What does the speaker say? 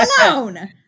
alone